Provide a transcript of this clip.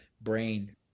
brain